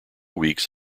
weeks